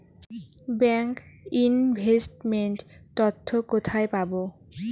Bank investment তথ্য কোথায় পাব?